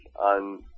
on